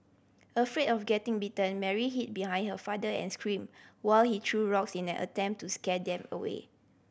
afraid of getting bitten Mary hid behind her father and screamed while he threw rocks in an attempt to scare them away